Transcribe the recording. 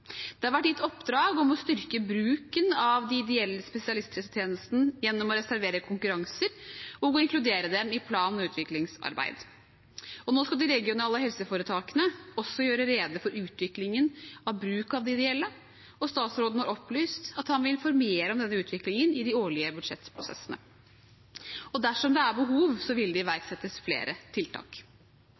Det har vært gitt oppdrag om å styrke bruken av de ideelle spesialisthelsetjenestene gjennom å reservere konkurranser og inkludere dem i plan- og utviklingsarbeid. Og nå skal de regionale helseforetakene også gjøre rede for utviklingen i bruk av de ideelle, og statsråden har opplyst at han vil informere om denne utviklingen i de årlige budsjettprosessene – og dersom det er behov, vil det iverksettes flere tiltak.